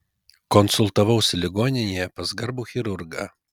konsultavausi ligoninėje pas garbų chirurgą